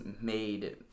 made